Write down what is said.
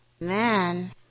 Man